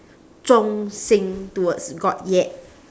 忠心 towards god yet